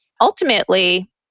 Ultimately